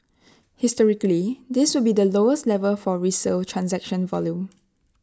historically this will be lowest level for resale transaction volume